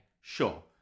sure